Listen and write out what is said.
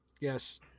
yes